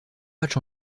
matchs